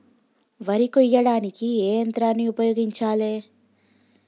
వరి కొయ్యడానికి ఏ యంత్రాన్ని ఉపయోగించాలే?